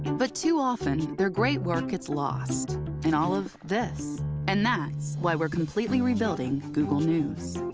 but too often, their great work gets lost in all of this and that's why we're completely rebuilding google news.